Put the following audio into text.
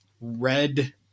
red –